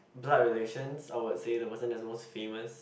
blood relations I would say the person that's most famous